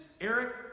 Eric